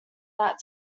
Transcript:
that